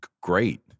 Great